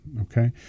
Okay